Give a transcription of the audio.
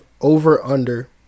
over-under